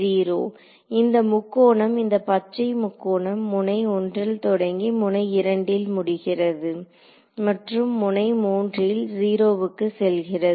0 இந்த முக்கோணம் இந்த பச்சை முக்கோணம் முனை 1 ல் தொடங்கி முனை 2 ல் முடிகிறது மற்றும் முனை 3 ல் 0 க்கு செல்கிறது